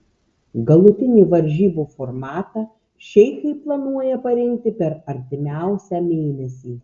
galutinį varžybų formatą šeichai planuoja parinkti per artimiausią mėnesį